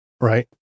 right